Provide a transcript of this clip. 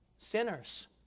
Sinners